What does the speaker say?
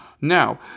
Now